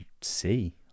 see